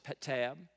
tab